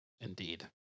Indeed